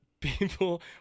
people